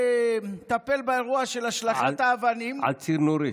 לטפל באירוע של השלכת האבנים -- על ציר נורית.